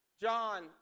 John